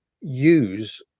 use